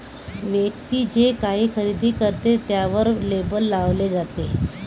व्यक्ती जे काही खरेदी करते ते त्यावर लेबल लावले जाते